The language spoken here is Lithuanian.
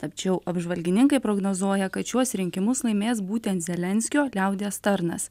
tačiau apžvalgininkai prognozuoja kad šiuos rinkimus laimės būtent zelenskio liaudies tarnas